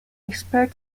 expert